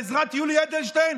בעזרת יולי אדלשטיין,